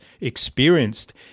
experienced